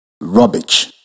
rubbish